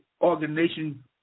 organization